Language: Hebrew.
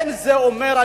אין זה אומר,